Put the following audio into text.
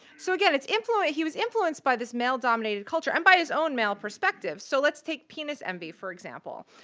so, again, it's influenced he was influenced by this male-dominated culture, and by his own male perspective. so let's take penis envy, for example,